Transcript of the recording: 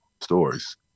stories